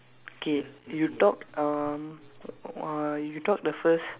K you talk um uh you talk the first